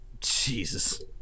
jesus